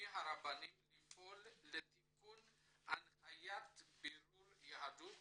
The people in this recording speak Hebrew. מהרבנים לפעול לתיקון הנחיית בירור יהדות